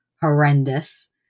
horrendous